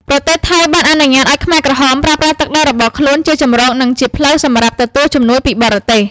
ប្រទេសថៃបានអនុញ្ញាតឱ្យខ្មែរក្រហមប្រើប្រាស់ទឹកដីរបស់ខ្លួនជាជម្រក និងជាផ្លូវសម្រាប់ទទួលជំនួយពីបរទេស។